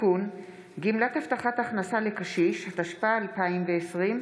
ביטחון שוטפים צבאיים, התשפ"א 2020,